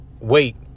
wait